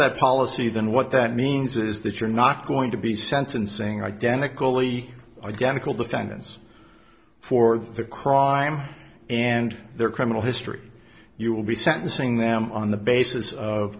that policy then what that means is that you're not going to be sentencing identical ie identical defendants for the crime and their criminal history you will be sentencing them on the basis of